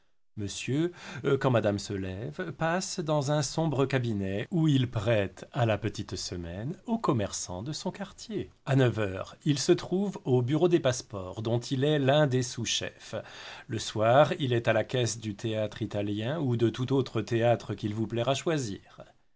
monsieur quand madame se lève passe dans un sombre cabinet où il prête à la petite semaine aux commerçants de son quartier à neuf heures il se trouve au bureau des passe-ports dont il est un des sous chefs le soir il est à la caisse du théâtre italien ou de tout autre théâtre qu'il vous plaira choisir